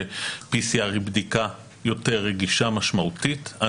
ש-PCR היא בדיקה יותר רגישה משמעותיות,